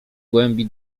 głębi